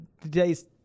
Today's